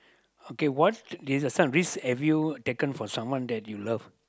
okay what is the son raised have you taken for someone that you love